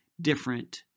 different